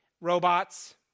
robots